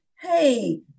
Hey